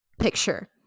Picture